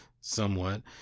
somewhat